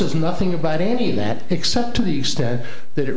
says nothing about any of that except to the extent that